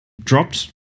dropped